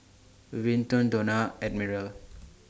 Vinton Donna and Admiral